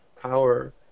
power